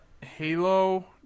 Halo